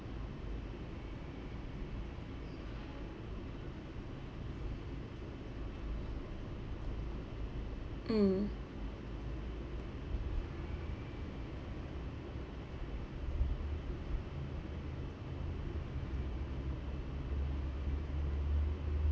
mm